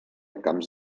camps